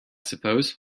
suppose